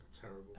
Terrible